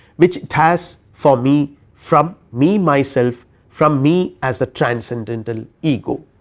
which it has for me from me myself from me as the transcendental ego,